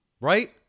right